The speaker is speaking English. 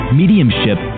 mediumship